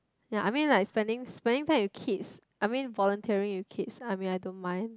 ya I mean like spending spending time with kids I mean volunteering with kids I mean I don't mind